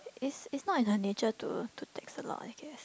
is is not in her nature to text a lot I guess